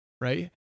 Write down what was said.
right